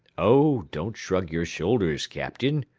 oh, don't shrug your shoulders, captain,